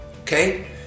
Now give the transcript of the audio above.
okay